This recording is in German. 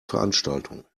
veranstaltung